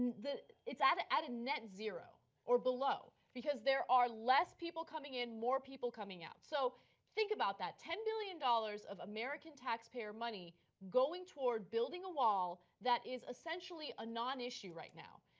it's at at a net zero, or below, because there are less people coming in, more people coming out. so think about that, ten billion dollars of american taxpayer money going toward building a wall that is essentially a non-issue right now.